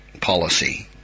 policy